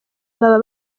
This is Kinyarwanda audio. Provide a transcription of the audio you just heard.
baba